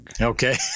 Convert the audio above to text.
Okay